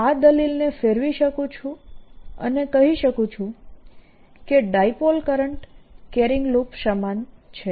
હું આ દલીલને ફેરવી શકું છું અને કહી શકું છું કે ડાયપોલ કરંટ કેરિંગ લૂપ સમાન છે